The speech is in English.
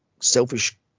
Selfish